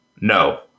No